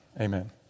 Amen